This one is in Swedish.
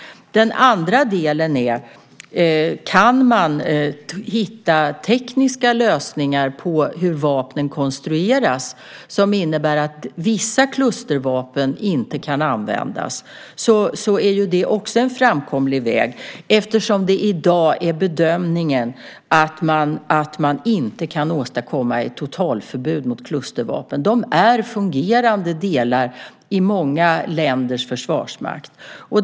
En annan fråga är om man kan hitta tekniska lösningar på hur vapnen konstrueras som innebär att vissa klustervapen inte kan användas. I så fall är det också en framkomlig väg. I dag är nämligen bedömningen att man inte kan åstadkomma ett totalförbud mot klustervapen. De är fungerande delar i många länders försvarsmakt.